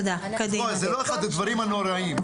זה לא אחד הדברים הנוראיים.